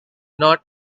not